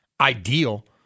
ideal